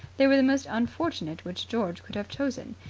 they were the most unfortunate which george could have chosen.